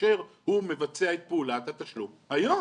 כאשר הוא מבצע את פעולת התשלום היום,